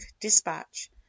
Dispatch